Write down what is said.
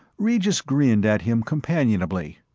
regis grinned at him companionably.